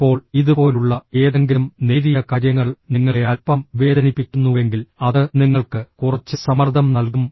ഇപ്പോൾ ഇതുപോലുള്ള ഏതെങ്കിലും നേരിയ കാര്യങ്ങൾ നിങ്ങളെ അൽപ്പം വേദനിപ്പിക്കുന്നുവെങ്കിൽ അത് നിങ്ങൾക്ക് കുറച്ച് സമ്മർദ്ദം നൽകും